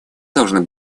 должны